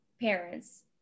parents